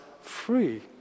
free